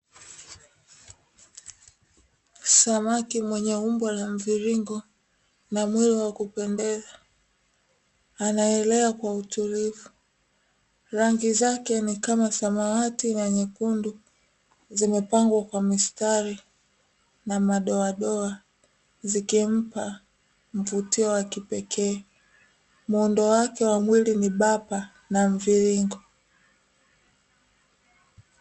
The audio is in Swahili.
Samaki mwenye umbo la mviringo na mwili wa kupendeza anaelea kwa utulivu. Rangi zake ni kama samawati na nyekundu zimepangwa kwa mistari na madoamadoa zikimpa mvutio wa kipekee. Muundo wake wa mwili ni bapa na mviringo.